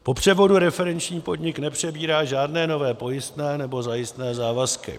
e) po převodu referenční podnik nepřebírá žádné nové pojistné nebo zajistné závazky;